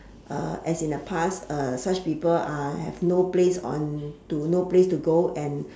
as in a past such people are have no place on to no place to go and